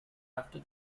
after